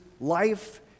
life